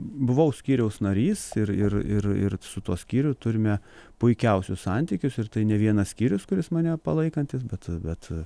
buvau skyriaus narys ir ir ir ir su tuo skyriu turime puikiausius santykius ir tai ne vienas skyrius kuris mane palaikantis bet bet